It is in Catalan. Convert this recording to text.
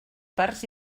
parts